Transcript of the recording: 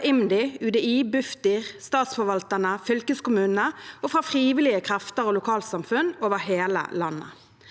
IMDi, UDI, Bufdir, statsforvalterne, fylkeskommunene og fra frivillige krefter og lokalsamfunn over hele landet.